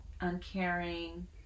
uncaring